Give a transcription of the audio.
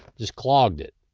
just clogged it.